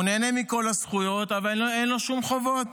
הוא נהנה מכל הזכויות, אבל אין לו שום חובות.